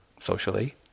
socially